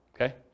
okay